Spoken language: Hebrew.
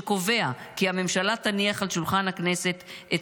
שקובע כי הממשלה תניח על שולחן הכנסת את